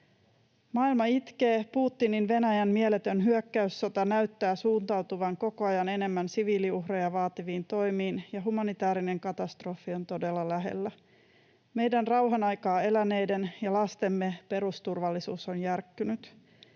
Maailma itkee. Putinin Venäjän mieletön hyökkäyssota näyttää suuntautuvan koko ajan enemmän siviiliuhreja vaativiin toimiin, ja humanitäärinen katastrofi on todella lähellä. Meidän rauhanaikaa eläneiden ja lastemme perusturvallisuus on järkkynyt.